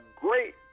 great